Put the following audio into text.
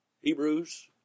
Hebrews